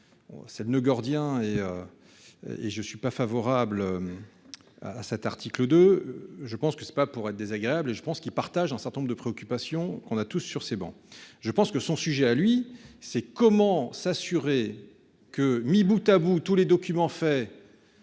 C'est le noeud gordien et. Et je ne suis pas favorable. À cet article 2 je pense que c'est pas pour être désagréable et je pense qu'il partage un certain nombre de préoccupations qu'on a tous sur ces bancs. Je pense que son sujet à lui c'est comment s'assurer que mis Boutabout tous les documents fait.